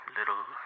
little